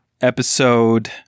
episode